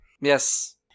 Yes